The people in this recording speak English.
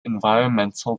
environmental